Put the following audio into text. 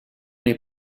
nei